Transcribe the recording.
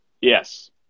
Yes